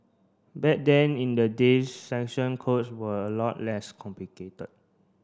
back then in the days section codes were a lot less complicated